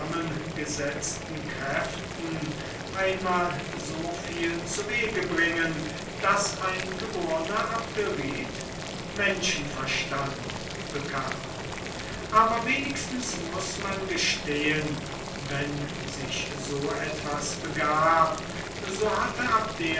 zusammengesetzten kräften wohl einmal so viel zuwege bringen daß ein geborner abderite menschenverstand bekam aber wenigstens muß man gestehen wenn sich so etwas begab so hatte abdera